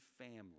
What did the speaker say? family